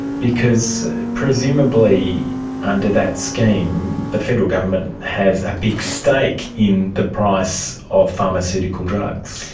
because presumably under that scheme the federal government has a big stake in the price of pharmaceutical drugs.